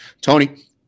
Tony